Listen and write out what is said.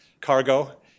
cargo